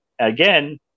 again